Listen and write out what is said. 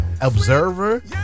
observer